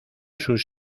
sus